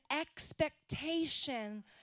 expectation